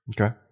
Okay